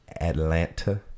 Atlanta